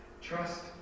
Trust